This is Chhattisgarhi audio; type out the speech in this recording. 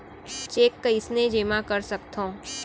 चेक कईसने जेमा कर सकथो?